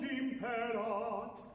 imperat